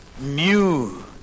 new